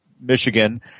Michigan